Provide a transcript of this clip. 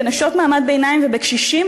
בנשות מעמד ביניים ובקשישים,